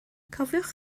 cofiwch